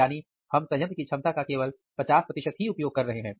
यानी हम संयंत्र की क्षमता का केवल 50 ही उपयोग कर रहे हैं